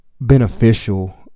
beneficial